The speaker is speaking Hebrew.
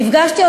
נפגשתי,